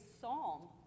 psalm